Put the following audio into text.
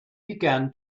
began